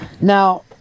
Now